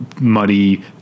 muddy